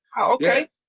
Okay